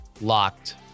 locked